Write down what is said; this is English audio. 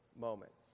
moments